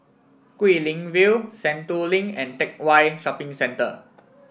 Guilin View Sentul Link and Teck Whye Shopping Centre